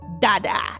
dada